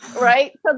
Right